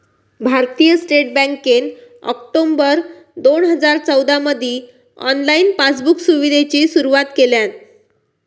भारतीय स्टेट बँकेन ऑक्टोबर दोन हजार चौदामधी ऑनलाईन पासबुक सुविधेची सुरुवात केल्यान